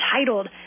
titled